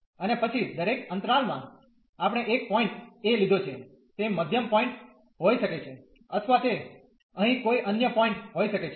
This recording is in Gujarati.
અને પછી દરેક અંતરાલમાં આપણે એક પોઈન્ટ a લીધો છે તે મધ્યમ પોઈન્ટ હોઈ શકે છે અથવા તે અહીં કોઈ અન્ય પોઈન્ટ હોઈ શકે છે